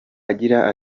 agira